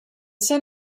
son